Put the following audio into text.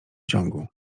ciągu